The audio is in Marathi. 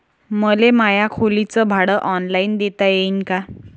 मले माया खोलीच भाड ऑनलाईन देता येईन का?